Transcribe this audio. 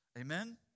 Amen